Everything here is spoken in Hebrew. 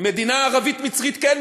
מדינה ערבית מצרית כן,